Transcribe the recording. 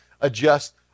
adjust